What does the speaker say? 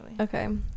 Okay